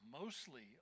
mostly